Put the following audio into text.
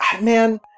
man